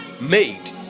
made